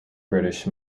british